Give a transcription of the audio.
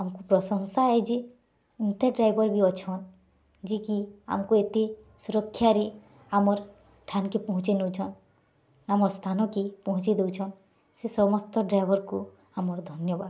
ଆମକୁ ପ୍ରଶଂସା ହେଇଛି ଏନ୍ତା ଡ଼୍ରାଇଭର୍ ବି ଅଛନ୍ ଯେକି ଆମ୍କୁ ଏତେ ସୁରକ୍ଷାରେ ଆମର୍ ଥାନ୍କେ ପହଞ୍ଚେଇ ନଉଚନ୍ ଆମର୍ ସ୍ଥାନକେ ପହଞ୍ଚେଇଦଉଚନ୍ ସେ ସମସ୍ତ ଡ଼୍ରାଇଭର୍କୁ ଆମର୍ ଧନ୍ୟବାଦ୍